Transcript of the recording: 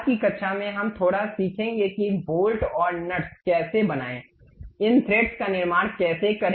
आज की कक्षा में हम थोड़ा सीखेंगे कि बोल्ट और नट्स कैसे बनाएं इन थ्रेड्स का निर्माण कैसे करें